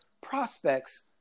prospects